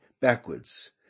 backwards